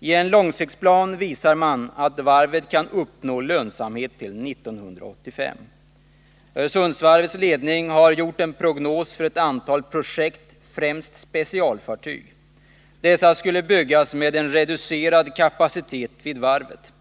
I en långsiktsplan visar man att varvet kan uppnå lönsamhet till 1985. Öresundsvarvets ledning har gjort en prognos för ett antal projekt, främst specialfartyg. Dessa skulle byggas med en reducerad kapacitet vid varvet.